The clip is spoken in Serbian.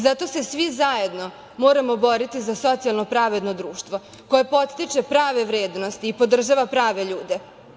Zato se svi zajedno moramo boriti za socijalno pravedno društvo, koje podstiče prave vrednosti i podržava prave ljude.